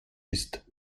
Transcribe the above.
ist